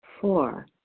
four